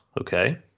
okay